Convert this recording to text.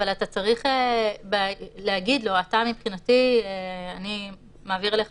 אבל אתה צריך להגיד לו מבחינתי אני מעביר לך